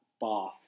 Bath